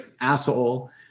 asshole